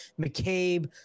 McCabe